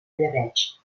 llebeig